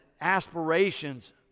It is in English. aspirations